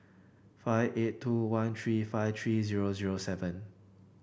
five eight two one three five three zero zero seven